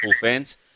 fans